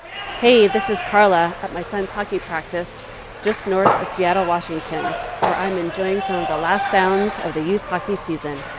hey. this is carla, at my son's hockey practice just north of seattle, wash, where i'm enjoying some of the last sounds of the youth hockey season.